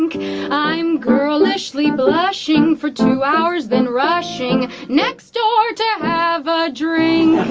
i'm girlishly blushing for two hours, then rushing next door to have a drink. i